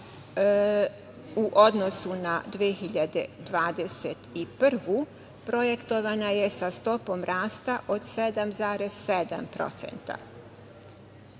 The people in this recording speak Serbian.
u odnosu na 2021. projektovana je sa stopom rasta od 7,7%.